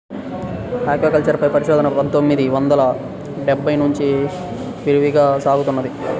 aquaculture పై పరిశోధన పందొమ్మిది వందల డెబ్బై నుంచి విరివిగా సాగుతున్నది